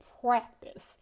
practice